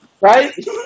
Right